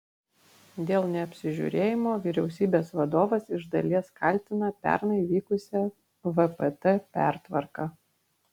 dėl neapsižiūrėjimo vyriausybės vadovas iš dalies kaltina pernai vykusią vpt pertvarką